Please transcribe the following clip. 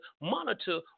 monitor